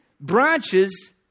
branches